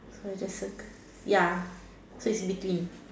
so we just circle ya so it's in between